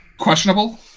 questionable